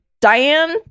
Diane